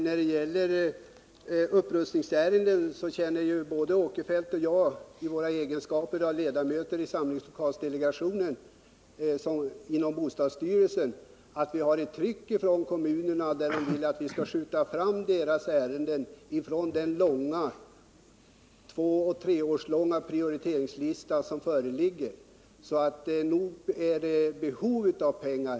När det gäller upprustningsärenden känner nämligen både Sven Eric Åkerfeldt och jag i vår egenskap av ledamöter i samlingslokalsdelegationen inom bostadsstyrelsen ett tryck på oss från kommunerna att skjuta fram deras ärenden från den långa tvåoch treårslånga prioriteringslista som föreligger. så nog finns det ett behov av pengar.